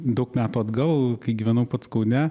daug metų atgal kai gyvenau pats kaune